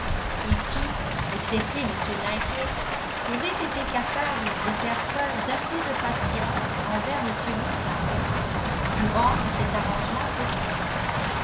excepté m knightley aurait été capable de faire preuve d'assez de patience envers m woodhouse pour rendre cet arrangement possible